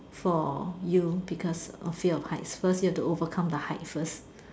for you because of fear of heights cause you have to overcome the height first